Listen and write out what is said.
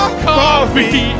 coffee